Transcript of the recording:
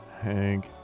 Hank